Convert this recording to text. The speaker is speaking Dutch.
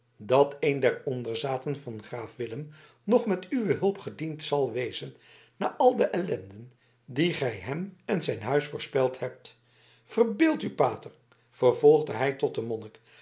dat een der onderzaten van graaf willem nog met uwe hulp gediend zal wezen na al de ellenden die gij hem en zijn huis voorspeld hebt verbeeld u pater vervolgde hij tot den